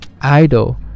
idol